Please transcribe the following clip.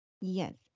Yes